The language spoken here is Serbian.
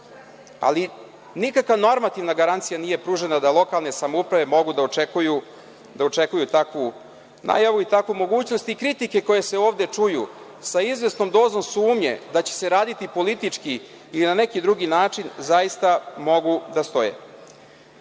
ali nikakva normativna garancija nije pružena da lokalne samouprave mogu da očekuju takvu najavu i mogućnost. Kritike koje se ovde čuju sa izvesnom dozom sumnje da će se raditi politički i na neki drugi način zaista mogu da